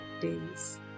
days